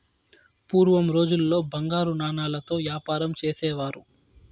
పూర్వం రోజుల్లో బంగారు నాణాలతో యాపారం చేసేవారు